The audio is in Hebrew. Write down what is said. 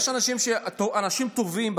אנשים טובים,